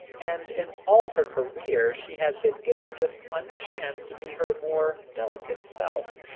and in all her career she has been given just one chance to be her more delicate self,